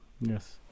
Yes